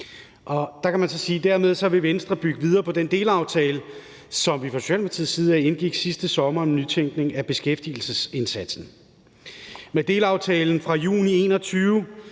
sige, at Venstre vil bygge videre på den delaftale, som vi fra Socialdemokratiets side indgik sidste sommer om en nytænkning af beskæftigelsesindsatsen. Med delaftalen fra juni 2021